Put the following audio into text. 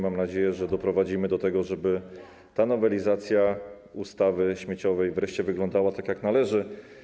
Mam nadzieję, że doprowadzimy do tego, żeby ta nowelizacja ustawy śmieciowej wreszcie wyglądała tak, jak należy.